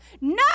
No